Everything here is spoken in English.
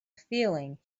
feeling